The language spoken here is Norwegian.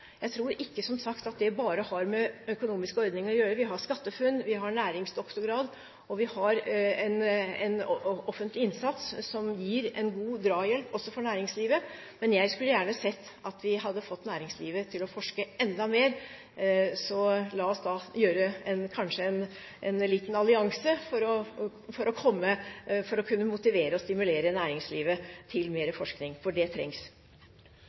Jeg tror ikke, som sagt, at det bare har med økonomiske ordninger å gjøre, vi har SkatteFUNN, vi har næringsdoktorgrad, og vi har en offentlig innsats som gir en god drahjelp, også for næringslivet. Men jeg skulle gjerne ha sett at vi hadde fått næringslivet til å forske enda mer, så la oss da danne kanskje en liten allianse for å kunne motivere og stimulere næringslivet til mer forskning. Det trengs!